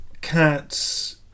Cats